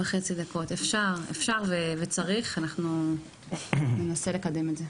אז אפשר וצריך לעשות את זה ואנחנו ננסה לקדם את זה.